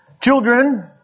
Children